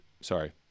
sorry